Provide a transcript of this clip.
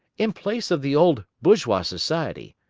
in place of the old bourgeois society,